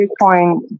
Bitcoin